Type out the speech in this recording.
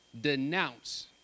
Denounce